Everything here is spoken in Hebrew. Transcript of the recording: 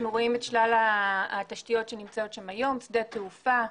שלל התשתיות שנמצאות שם היום שדה התעופה,